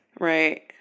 Right